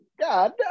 God